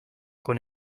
con